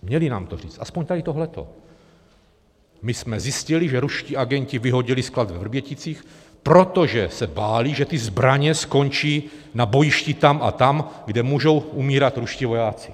Měli nám to říct, aspoň tady tohleto: My jsme zjistili, že ruští agenti vyhodili sklad ve Vrběticích, protože se báli, že ty zbraně skončí na bojišti tam a tam, kde můžou umírat ruští vojáci.